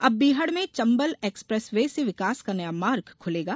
अब बीहड़ में चंबल एक्सप्रेस वे से विकास का नया मार्ग खुलेगा